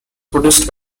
produced